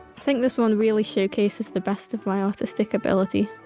think this one really showcases the best of my artistic ability.